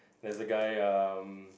there's a guy um